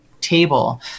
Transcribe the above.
table